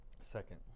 Second